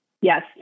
Yes